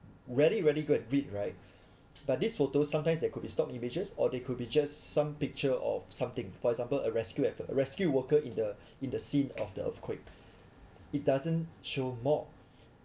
rarely rarely got read right but this photos sometimes they could be stock images or they could be just some picture of something for example a rescue effort rescue worker in the in the scene of the earthquake it doesn't show more